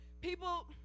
people